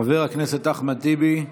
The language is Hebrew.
חבר הכנסת אחמד טיבי,